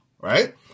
right